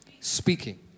speaking